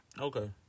Okay